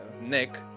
nick